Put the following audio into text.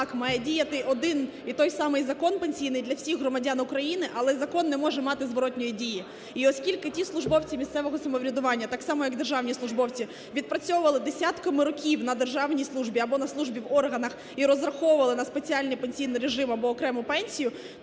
так, має діяти один і той самий закон пенсійний для всіх громадян України, але закон не може мати зворотної дії. І оскільки ті службовці місцевого самоврядування, так само, як і державні службовці, відпрацьовували десятками років на державній службі або на службі в органах і розраховували на спеціальний пенсійний режим або на окрему пенсію,